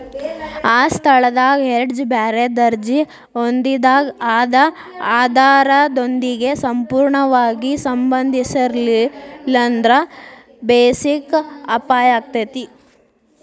ಆ ಸ್ಥಳದಾಗ್ ಹೆಡ್ಜ್ ಬ್ಯಾರೆ ದರ್ಜಿ ಹೊಂದಿದಾಗ್ ಅದ ಆಧಾರದೊಂದಿಗೆ ಸಂಪೂರ್ಣವಾಗಿ ಸಂಬಂಧಿಸಿರ್ಲಿಲ್ಲಾಂದ್ರ ಬೆಸಿಕ್ ಅಪಾಯಾಕ್ಕತಿ